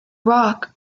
rock